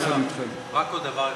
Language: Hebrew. אדוני השר, רק עוד דבר אחד.